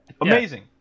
Amazing